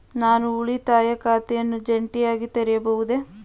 ನಾನು ಉಳಿತಾಯ ಖಾತೆಯನ್ನು ಜಂಟಿಯಾಗಿ ತೆರೆಯಬಹುದೇ?